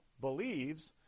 believes